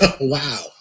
wow